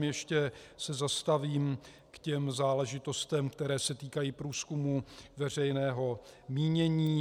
Ještě se zastavím u záležitostí, které se týkají průzkumu veřejného mínění.